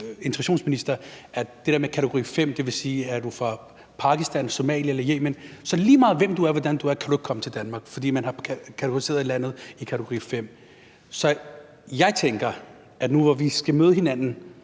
det der med kategori 5. Det vil sige, at er du fra Pakistan, Somalia eller Yemen, så er det lige meget, hvem du er, og hvordan du er, for så kan du ikke komme til Danmark, fordi man har kategoriseret landene i kategori 5. Jeg tænker, at nu, hvor vi skal møde hinanden